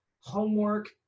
homework